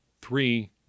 three